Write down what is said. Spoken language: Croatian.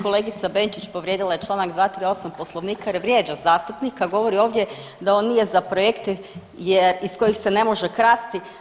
Kolegica Benčić povrijedila je Članak 238. poslovnika jer vrijeđa zastupnika, govori ovdje da on nije za projekte jer iz kojih se ne može krasti.